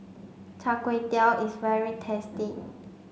Char Kway Teow is very tasty